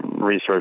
research